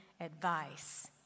advice